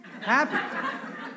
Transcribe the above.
happy